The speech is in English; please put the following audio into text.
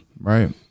Right